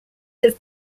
have